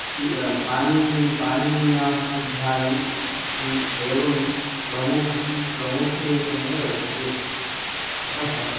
C Panini पाणिनीयाष्टध्यायी एवं प्रमुखं प्रमुखरूपेण वर्तते अतः